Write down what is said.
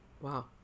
Wow